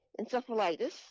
encephalitis